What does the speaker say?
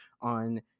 on